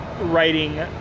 writing